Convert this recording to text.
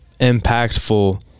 impactful